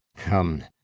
come,